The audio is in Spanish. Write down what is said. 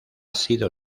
sido